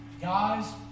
guys